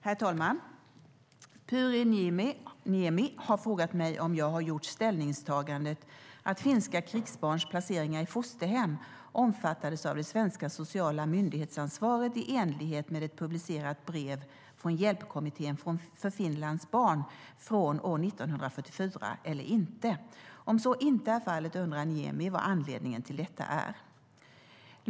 Herr talman! Pyry Niemi har frågat mig om jag gjort ställningstagandet att finska krigsbarns placeringar i fosterhem omfattades av det svenska sociala myndighetsansvaret i enlighet med ett publicerat brev från Hjälpkommittén för Finlands barn från år 1944 eller inte. Om så inte är fallet undrar Niemi vad anledningen till detta är.